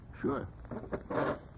Sure